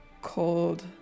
Cold